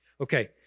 Okay